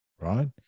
Right